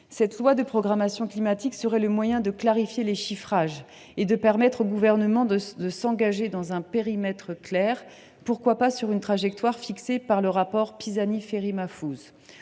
telle loi de programmation climatique serait le moyen de clarifier les chiffrages et de permettre au Gouvernement de s’engager sur un périmètre clair, voire sur la trajectoire fixée par le rapport de M. Pisani Ferry